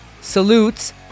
salutes